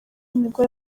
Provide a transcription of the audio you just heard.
nibwo